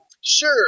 Sure